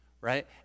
Right